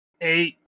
Eight